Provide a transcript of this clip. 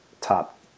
top